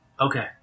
Okay